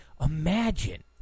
Imagine